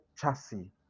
chassis